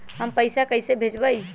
हम पैसा कईसे भेजबई?